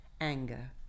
anger